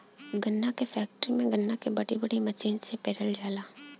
गन्ना क फैक्ट्री में गन्ना के बड़ी बड़ी मसीन से पेरल जाला